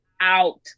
out